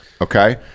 Okay